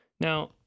Now